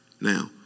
Now